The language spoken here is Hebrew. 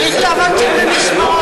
צריך לעבוד במשמרות.